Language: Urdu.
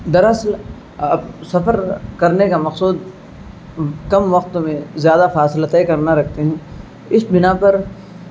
دراصل سفر کرنے کا مقصود کم وقت میں زیادہ فاصلتیں کرنا رکھتے ہیں اس بنا پر